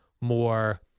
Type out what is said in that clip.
more